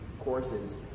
courses